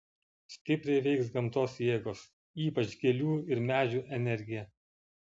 stipriai veiks gamtos jėgos ypač gėlių ir medžių energija